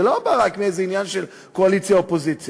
זה לא בא רק מאיזה עניין של קואליציה אופוזיציה.